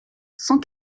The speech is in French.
cent